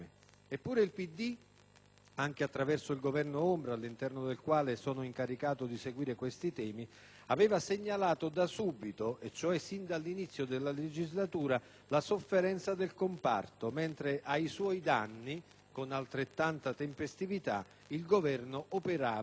anche attraverso il Governo ombra, all'interno del quale sono incaricato di seguire questi temi, aveva segnalato da subito, e cioè sin dall'inizio della legislatura, la sofferenza del comparto, mentre ai suoi danni, con altrettanta tempestività, il Governo operava vistosi tagli.